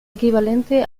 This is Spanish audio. equivalente